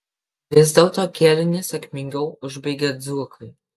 vis dėlto kėlinį sėkmingiau užbaigė dzūkai